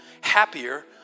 happier